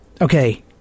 okay